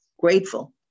grateful